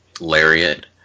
Lariat